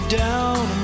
down